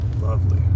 Lovely